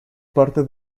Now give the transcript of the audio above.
parte